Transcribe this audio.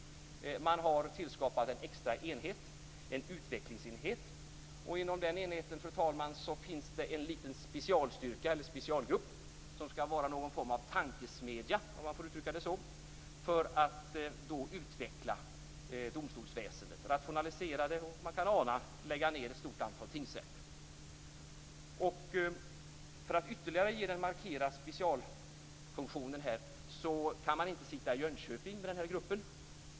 Man har tillskapat en extra enhet, en utvecklingsenhet. Inom den enheten, fru talman, finns det en liten specialgrupp som skall vara någon form av tankesmedja, om man får uttrycka det så, för att utveckla domstolsväsendet. Den skall rationalisera detta och, kan man ana, lägga ned ett stort antal tingsrätter. För att ytterligare markera specialfunktionen kan man inte sitta i Jönköping med den här gruppen.